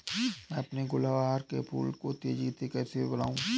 मैं अपने गुलवहार के फूल को तेजी से कैसे बढाऊं?